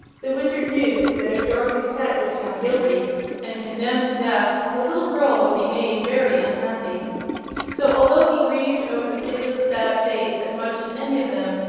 the wizard knew that if dorothy's pet was found guilty and condemned to death the little girl would be made very unhappy so, although he grieved over the piglet's sad fate as much as any of them,